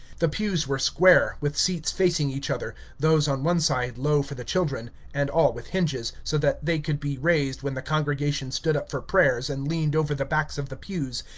the pews were square, with seats facing each other, those on one side low for the children, and all with hinges, so that they could be raised when the congregation stood up for prayers and leaned over the backs of the pews,